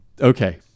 Okay